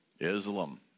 Islam